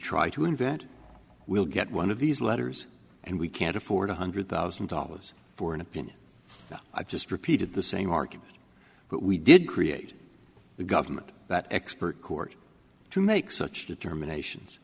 try to invent we'll get one of these letters and we can't afford one hundred thousand dollars for an opinion i just repeated the same argument but we did create the government that expert court to make such determinations